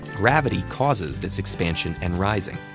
gravity causes this expansion and rising,